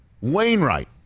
Wainwright